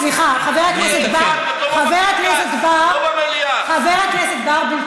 סליחה, חבר הכנסת בר.